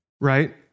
right